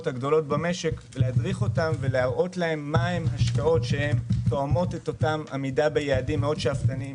הגדולות במשק ולהראות להם מה הן השקעות שתואמות את העמידה ביעדים השאפתניים